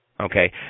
Okay